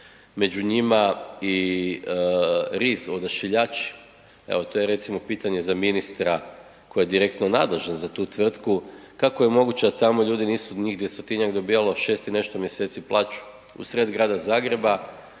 među njima i RIZ odašiljači. Evo to je recimo pitanje za ministra koji je direktno nadležan za tu tvrtku kako je moguće da tamo ljudi nisu, njih 200-tinjak dobivalo 6 i nešto mjeseci plaću, u sred grada Zagreba,